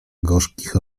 gorzkich